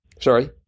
Sorry